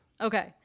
Okay